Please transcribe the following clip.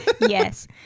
Yes